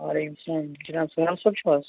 وعلیکم سلام جناب سُہیل صٲب چھو حظ